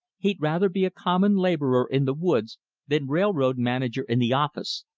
he'd rather be a common laborer in the woods than railroad manager in the office.